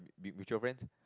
been mutual friends